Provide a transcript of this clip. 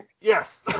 Yes